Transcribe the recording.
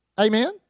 Amen